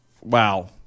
Wow